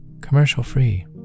commercial-free